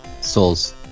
Souls